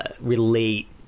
relate